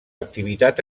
activitat